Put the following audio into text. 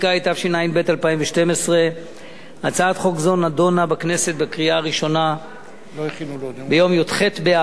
התשע"ב 2012. הצעת חוק זו נדונה בכנסת בקריאה ראשונה ביום י"ח באב